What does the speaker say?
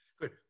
good